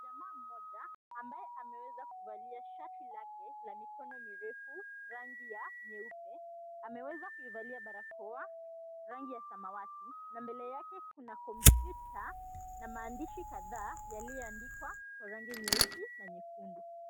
Jamaa mmoja ambaye ameweza kuvalia shati lake la mikono mirefu rangi ya nyeupe ameweza kuivalia barakoa rangi ya samawati na mbele yake kuna kompyuta na maandishi kadhaa yaliyoandikwa kwa rangi nyeusi na nyekundu.